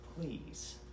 please